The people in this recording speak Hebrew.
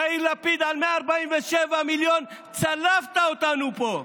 יאיר לפיד, על 147 מיליון צלבת אותנו פה,